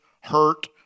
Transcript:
hurt